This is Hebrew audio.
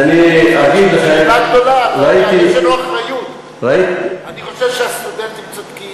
אני אגיד לכם, ראיתי, אני חושב שהסטודנטים צודקים.